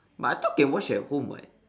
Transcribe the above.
but I thought can watch at home [what]